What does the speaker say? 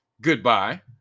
goodbye